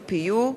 UPU,